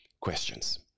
questions